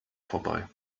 vorbei